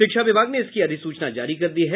शिक्षा विभाग ने इसकी अधिसूचना जारी कर दी है